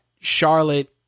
Charlotte